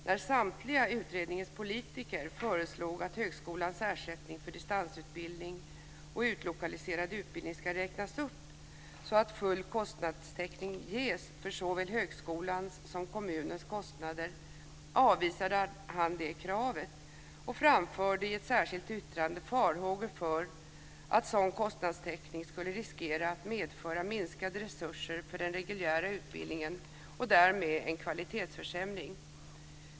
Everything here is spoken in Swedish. När samtliga utredningens politiker föreslog att högskolans ersättning för distansutbildning och utlokaliserad utbildning ska räknas upp, så att full kostnadstäckning ges för såväl högskolans som kommunens kostnader, avvisade han det kravet och framförde i ett särskilt yttrande farhågor för att sådan kostnadstäckning skulle riskera att medföra minskade resurser för den reguljära utbildningen och därmed en kvalitetsförsämring.